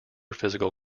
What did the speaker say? physical